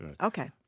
Okay